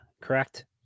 Correct